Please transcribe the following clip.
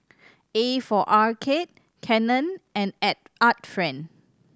A for Arcade Canon and Art Friend